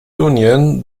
union